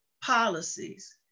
policies